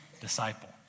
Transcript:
disciple